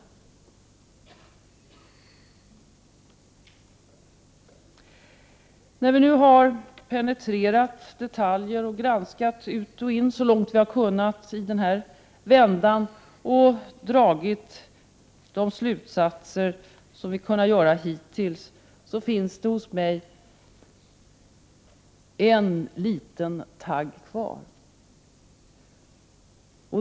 När vi nu har penetrerat detaljer, granskat ut och in så långt vi har kunnat i den här vändan och dragit de slutsatser som vi kunnat göra hittills, finns det hos mig en liten tagg kvar.